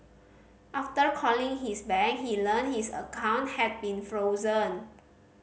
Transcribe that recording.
after calling his bank he learnt his account had been frozen